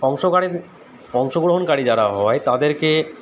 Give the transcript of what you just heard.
অংশকারী অংশগ্রহণকারী যারা হয় তাদেরকে